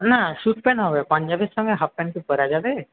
না suit pant হবে পাঞ্জাবির সঙ্গে হাফ প্যান্ট কি পড়া যাবে